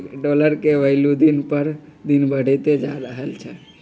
dollar के भइलु दिन पर दिन बढ़इते जा रहलई ह